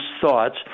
thoughts